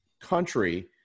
country